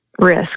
risk